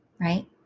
right